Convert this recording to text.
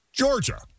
Georgia